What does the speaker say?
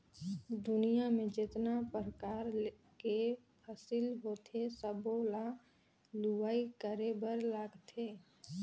दुनियां में जेतना परकार के फसिल होथे सबो ल लूवाई करे बर लागथे